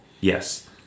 Yes